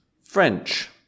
French